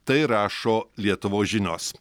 tai rašo lietuvos žinios